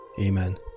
Amen